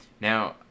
Now